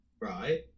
Right